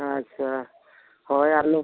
ᱟᱪᱪᱷᱟ ᱦᱳᱭ ᱟᱹᱞᱩ